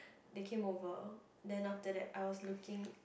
they came over then after that I was looking